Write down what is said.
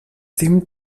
dem